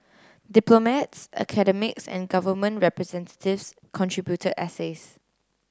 diplomats academics and government representatives contributed essays